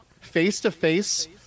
face-to-face